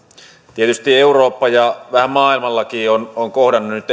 tietysti euroopassa ja vähän maailmallakin on on kohdattu nyt